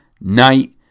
night